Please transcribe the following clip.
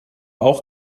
auch